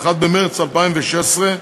1 במרס 2016,